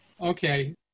Okay